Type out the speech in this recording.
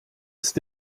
ist